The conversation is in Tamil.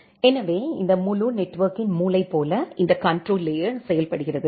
எனவே இந்த முழு நெட்வொர்க்கின் மூளை போல இந்த கண்ட்ரோல் லேயர் செயல்படுகிறது